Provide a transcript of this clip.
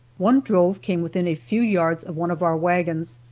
one drove came within a few yards of one of our wagons,